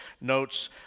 notes